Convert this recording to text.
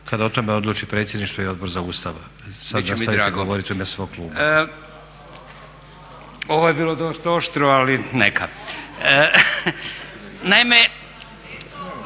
Kad o tome odluči predsjedništvo i Odbor za Ustav. Sad nastavite govoriti u ime svog kluba. **Vuljanić, Nikola (Nezavisni)**